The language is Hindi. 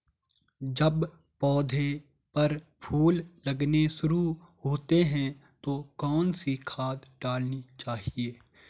जब पौधें पर फूल लगने शुरू होते हैं तो कौन सी खाद डालनी चाहिए?